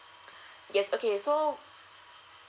yes okay so